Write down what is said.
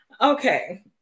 Okay